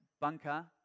bunker